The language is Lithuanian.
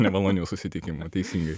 nemalonių susitikimų teisingai